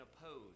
oppose